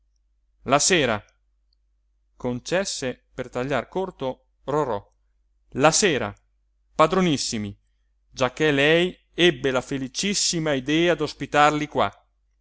la sera concesse per tagliar corto rorò la sera padronissimi giacché lei ebbe la felicissima idea d'ospitarli qua